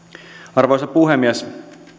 arvoisa puhemies